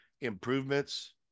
improvements